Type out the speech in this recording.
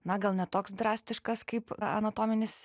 na gal ne toks drastiškas kaip anatominis